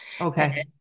Okay